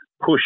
push